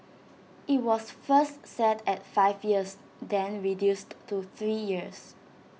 IT was first set at five years then reduced to three years